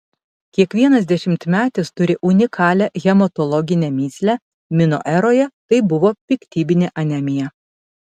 kiekvienas dešimtmetis turi unikalią hematologinę mįslę mino eroje tai buvo piktybinė anemija